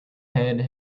head